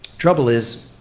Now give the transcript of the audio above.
trouble is,